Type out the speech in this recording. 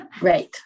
Right